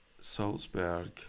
Salzburg